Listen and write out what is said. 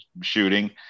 shooting